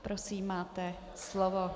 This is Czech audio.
Prosím, máte slovo.